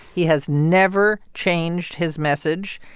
he has never changed his message.